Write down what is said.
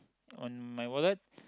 on my wallet